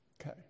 Okay